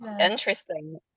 Interesting